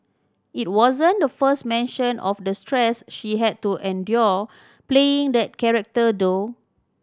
it wasn't the first mention of the stress she had to endure playing that character though